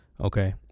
Okay